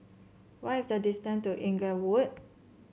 what is the distance to Inglewood